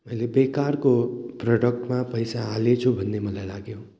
मैले बेकारको प्रडक्टमा पैसा हालेछु भन्ने मलाई लाग्यो